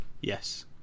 yes